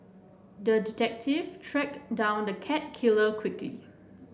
the detective tracked down the cat killer quickly